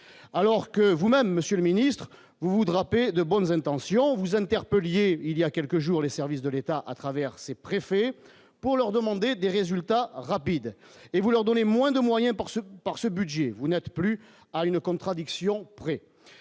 alors que vous même, Monsieur le Ministre vous draper de bonnes intentions, vous interpelliez il y a quelques jours, les services de l'État à travers ses préfets pour leur demander des résultats rapides et vous leur donnez moins de moyens pour ce par ce budget, vous n'êtes plus à une contradiction près,